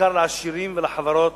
בעיקר לעשירים ולחברות,